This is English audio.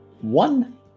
One